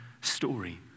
story